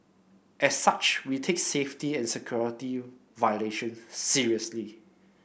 as such we take safety and security violation seriously